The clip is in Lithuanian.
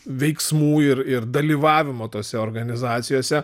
veiksmų ir ir dalyvavimo tose organizacijose